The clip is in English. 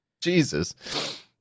Jesus